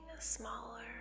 smaller